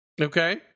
Okay